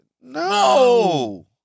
No